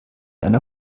einer